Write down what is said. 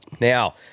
Now